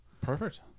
perfect